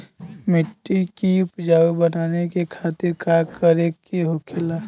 मिट्टी की उपजाऊ बनाने के खातिर का करके होखेला?